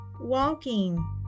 walking